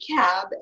cab